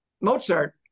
Mozart